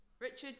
Richard